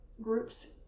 groups